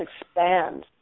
expand